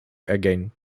again